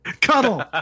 Cuddle